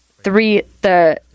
three—the